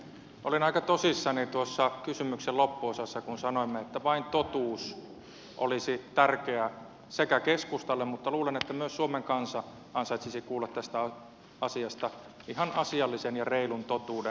olin aika tosissani tuossa kysymyksen loppuosassa kun sanoimme että vain totuus olisi tärkeä keskustalle mutta luulen myös että suomen kansa ansaitsisi kuulla tästä asiasta ihan asiallisen ja reilun totuuden